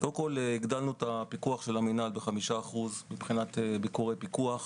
הגדלנו את הפיקוח של המינהל ב-5% מבחינת ביקורת פיקוח,